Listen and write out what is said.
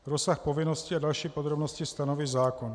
Rozsah povinností a další podrobnosti stanoví zákon.